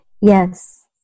Yes